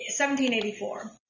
1784